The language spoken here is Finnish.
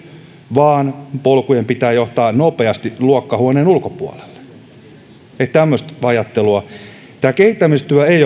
vaan polkujen pitää johtaa nopeasti luokkahuoneen ulkopuolelle että tämmöistä ajattelua tämä kehittämistyö ei